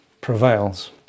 prevails